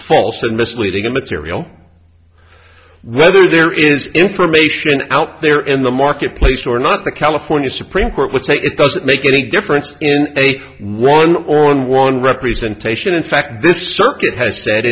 false and misleading immaterial whether there is information out there in the market place or not the california supreme court would say it doesn't make any difference in a one on one representation in fact this circuit has said